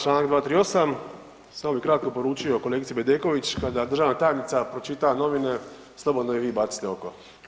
Čl. 238. samo bi kratko poručio kolegici Bedeković kada državna tajnica pročita novine slobodno i vi bacite oko.